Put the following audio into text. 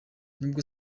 nubwo